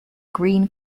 green